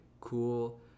cool